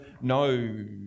no